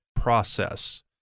process